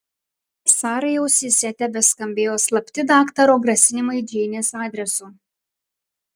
sarai ausyse tebeskambėjo slapti daktaro grasinimai džeinės adresu